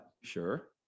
sure